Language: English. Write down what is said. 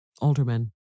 aldermen